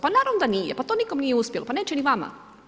Pa naravno da nije pa to nikom nije uspjelo pa neće ni vama.